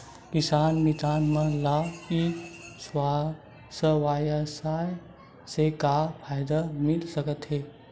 किसान मितान मन ला ई व्यवसाय से का फ़ायदा मिल सकथे?